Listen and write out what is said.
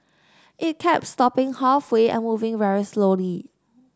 it kept stopping halfway and moving very slowly